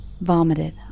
vomited